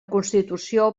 constitució